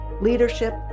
leadership